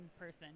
person